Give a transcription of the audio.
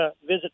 visit